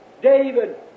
David